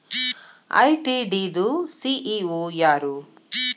ITD ದು CEO ಯಾರು?